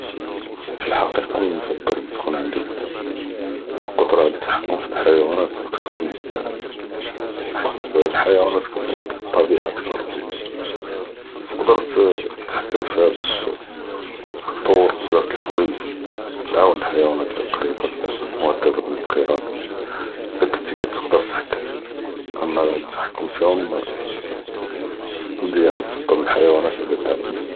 פַּאלְחַקִיקָה נְפַדֶּל תְּכּוּן עַנְדִי אֶלְקֻדְרָה נִתְחַכֶּם פִּי אֶלְחַיוָאנַאת אַכְּתַ'ר, אֶלְחַיוָאנַאת כְּתִרְתְּבֶּט בִּאֶלְטַּבִּיעָה אַכְּתַ'ר, וּתְקְדֶר תְּתְחַכֶּם פִּיהָא בַּאש תְּטַוֵּר בְּזַאף דִּיָאל אֶלְחְוָואיִג' וּתְעָאוֶן אֶלְחַיוָאנַאת לִי מֻהַדָּה בִּאלְאִנְקִרָאד, לָא כֻּנְתִי כָּאתְקְדֶר תְּתְחַכֶּם, רָאה אֶתְּחַכֻּם פִּיהֻם מְזִיָאן, נְפַדֶּל.